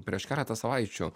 prieš keletą savaičių